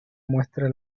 muestra